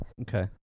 Okay